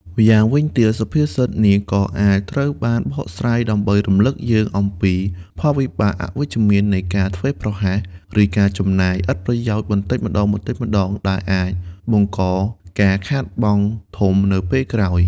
ម្យ៉ាងវិញទៀត សុភាសិតនេះក៏អាចត្រូវបានបកស្រាយដើម្បីរំលឹកយើងអំពី ផលវិបាកអវិជ្ជមាននៃការធ្វេសប្រហែស ឬការចំណាយឥតប្រយោជន៍បន្តិចម្តងៗ ដែលអាចបង្កការខាតបង់ធំនៅពេលក្រោយ។